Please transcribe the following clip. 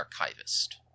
archivist